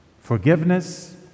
Forgiveness